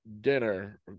dinner